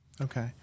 Okay